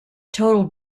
total